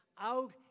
out